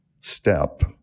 step